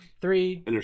Three